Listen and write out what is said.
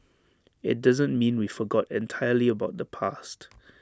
IT doesn't mean we forgot entirely about the past